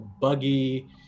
buggy